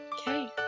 Okay